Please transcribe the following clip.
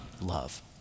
love